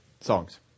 songs